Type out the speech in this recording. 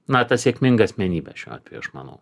na ta sėkminga asmenybė šiuo atveju aš manau